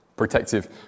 protective